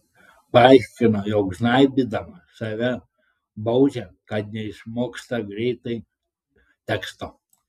paaiškino jog žnaibydama save baudžia kad neišmoksta greitai teksto